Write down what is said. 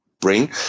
bring